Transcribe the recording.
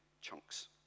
chunks